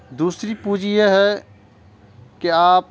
دوسری پونجی یہ ہے کہ آپ